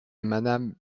madame